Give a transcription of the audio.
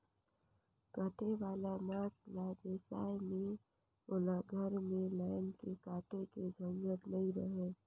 कटे वाला मांस ल बेसाए में ओला घर में लायन के काटे के झंझट नइ रहें